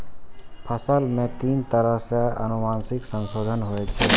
फसल मे तीन तरह सं आनुवंशिक संशोधन होइ छै